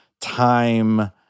time